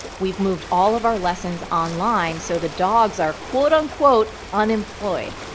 we've moved all of our lessons online so the dogs are quote unquote unemployed.